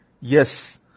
yes